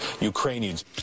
Ukrainians